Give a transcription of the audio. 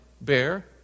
bear